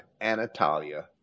Anatolia